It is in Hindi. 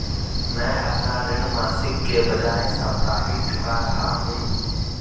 मैं अपना ऋण मासिक के बजाय साप्ताहिक चुका रहा हूँ